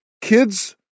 kids